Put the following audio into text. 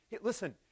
listen